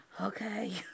Okay